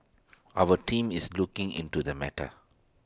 our team is looking into the matter